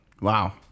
Wow